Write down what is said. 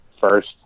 first